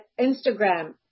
Instagram